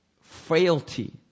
Frailty